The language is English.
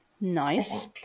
Nice